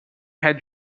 had